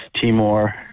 Timor